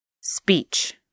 Speech